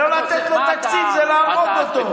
לא לתת לו תקציב, זה להרוג אותו.